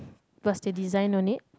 plus the design no need